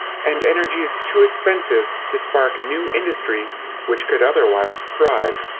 and energy is too expensive to spark new industry which could otherwise thrive.